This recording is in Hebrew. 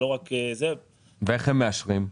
איך הם מאשרים?